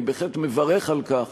אני בהחלט מברך על כך